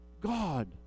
God